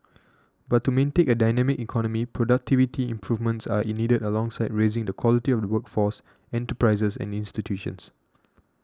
but to maintain a dynamic economy productivity improvements are needed alongside raising the quality of the workforce enterprises and institutions